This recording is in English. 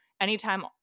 anytime